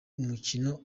mukino